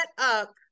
up